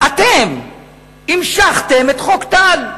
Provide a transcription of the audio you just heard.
אתם המשכתם את חוק טל.